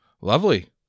Lovely